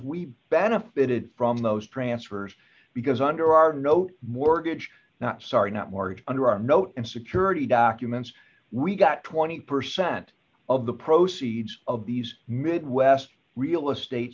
we benefited from those prancer because under our note mortgage not sorry not mortgage under our note and security documents we got twenty percent of the proceeds of these midwest real estate